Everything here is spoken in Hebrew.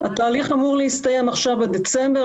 התהליך אמור להסתיים עכשיו בדצמבר,